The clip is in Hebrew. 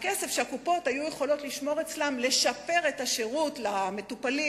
הכסף שהקופות היו יכולות לשמור אצלן לשפר את השירות למטופלים,